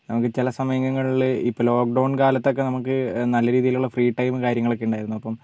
നമുക്ക് ചില സമയങ്ങങ്ങളില് ഇപ്പം ലോക്ക്ഡൌണ് കാലത്തൊക്കെ നമുക്ക് നല്ല രീതിയിൽ ഉള്ള ഫ്രീ ടൈം കാര്യങ്ങളൊക്കെ ഉണ്ടായിരുന്നു അപ്പം